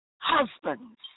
Husbands